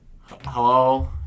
Hello